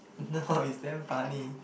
no it's damn funny